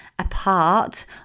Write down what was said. apart